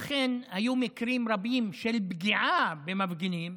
היו מקרים רבים של פגיעה במפגינים,